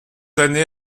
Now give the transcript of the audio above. années